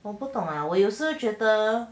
我不懂 lah 我有时候觉得